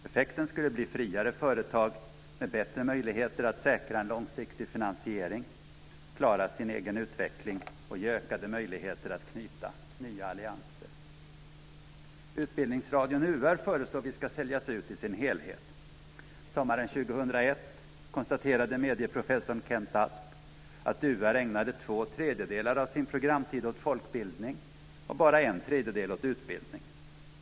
Effekten skulle bli friare företag med bättre möjligheter att säkra en långsiktig finansiering och klara sin egen utveckling, och de skulle få ökade möjligheter att knyta allianser. Utbildningsradion - UR - föreslår vi ska säljas ut i sin helhet. Sommaren 2001 konstaterade medieprofessorn Kent Asp att UR ägnade två tredjedelar av sin programtid åt folkbildning och bara en tredjedel åt utbildning.